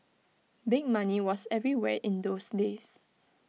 big money was everywhere in those days